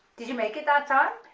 did you make it that time?